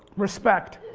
respect.